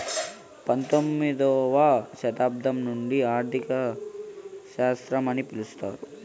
పంతొమ్మిదవ శతాబ్దం నుండి ఆర్థిక శాస్త్రం అని పిలుత్తున్నారు